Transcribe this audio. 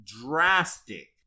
drastic